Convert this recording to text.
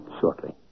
shortly